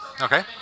Okay